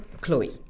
Chloe